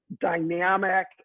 dynamic